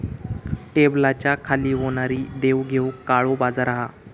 टेबलाच्या खाली होणारी देवघेव काळो बाजार हा